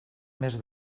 més